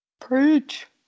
Preach